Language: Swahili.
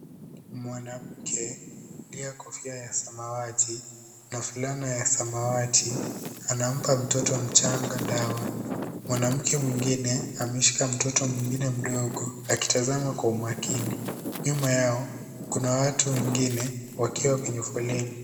Mwanamke amevalia kofia ya samawati na fulana ya samawati, anampa mtoto mchanga dawa. Mwanamke mwingine ameshika mtoto mwingine mdogo akitazama kwa umakini. Nyuma yao kuna watu wengine wakiwa kwenye foleni.